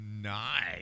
Nice